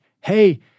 hey